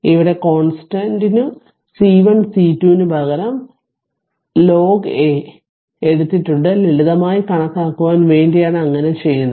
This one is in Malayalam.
ഇവിടെ കോൺസ്റ്റന്റ് നു C1 C2 നു പകരം ln a എടുത്തിട്ടുണ്ട് ലളിതമായി കണക്കുവാൻ വേണ്ടി ആണ് ഇങ്ങനെ ചെയ്യുന്നത്